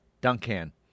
Duncan